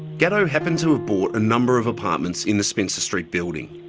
gatto happened to have bought a number of apartments in the spencer street building.